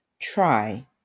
try